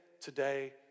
today